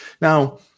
Now